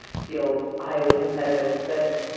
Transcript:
feels highly competitive. but,